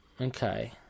Okay